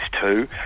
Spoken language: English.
two